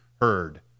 heard